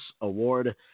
Award